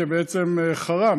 שבעצם חראם,